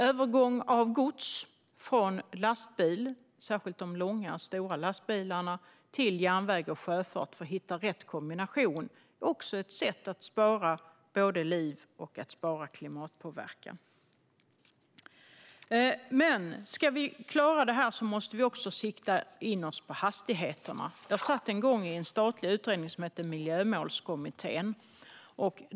Övergång av gods från lastbil, särskilt de långa och stora lastbilarna, till järnväg och sjöfart för att hitta rätt kombination är också ett sätt att spara både liv och klimatpåverkan. Men om vi ska klara detta måste vi också sikta in oss på hastigheterna. Jag satt en gång i en statlig utredning som hette Miljömålskommittén.